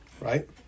Right